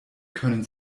können